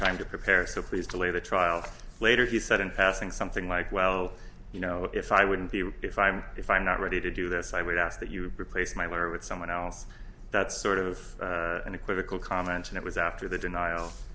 time to prepare so please delay the trial later he said in passing something like well you know if i wouldn't be if i'm if i'm not ready to do this i would ask that you replace my lawyer with someone else that's sort of an equivocal comment and it was after the denial